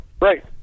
Right